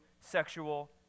sexual